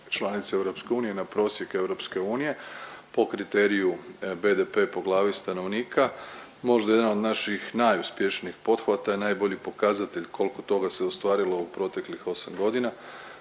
članice EU i na prosjek EU po kriteriju BDP po glavi stanovnika, možda jedan od naših najuspješnijih pothvata je najbolji pokazatelj koliko toga se ostvarilo u proteklih 8 godina.